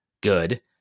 good